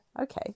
Okay